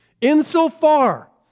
Insofar